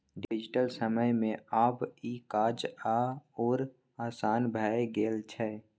digital समय मे आब ई काज आओर आसान भए गेल छै